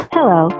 Hello